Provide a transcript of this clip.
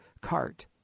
cart